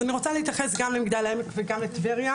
אז אני רוצה להתייחס גם למגדל העמק וגם לטבריה.